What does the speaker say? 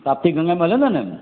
ताप्ती गंगा में हलंदो न